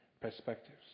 perspectives